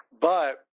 but